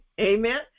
Amen